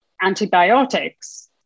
antibiotics